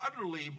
utterly